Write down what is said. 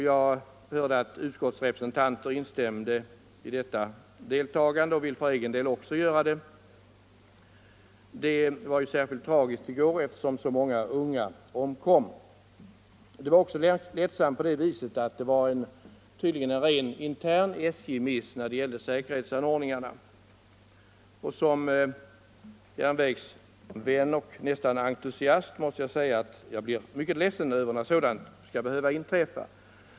Jag hörde att utskottsrepresentanter instämde i detta deltagande, och jag vill för egen del också göra det. Särskilt tragiskt var det ju att så många unga omkom. Olyckan var också ledsam därigenom att det var en intern SJ-miss när det gällde säkerhetsanordningarna som förorsakade den. Som järnvägsvän — och nästan järnvägsentusiast — måste jag säga att jag är mycket ledsen över att sådana händelser skall behöva inträffa.